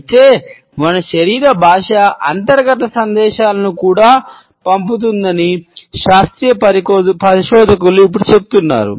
అయితే మన శరీర భాష అంతర్గత సందేశాలను కూడా పంపుతుందని శాస్త్రీయ పరిశోధకులు ఇప్పుడు పేర్కొన్నారు